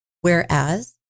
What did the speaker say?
Whereas